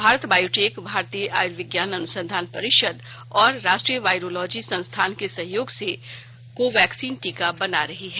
Bharat Biotech भारतीय आयुर्विज्ञान अनुसंधान परिषद और राष्ट्रीय वायरोलॉजी संस्थान के सहयोग से कोवैक्सीन टीका बना रही है